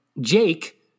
Jake